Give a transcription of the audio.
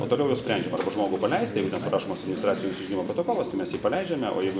o toliau jau sprendžiam žmogų paleisti surašomas administracinio nusižengimo protokolas tai mes jį paleidžiame o jeigu